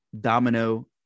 domino